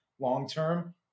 long-term